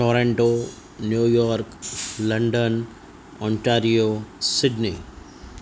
Toronto New York London Ontario Sydney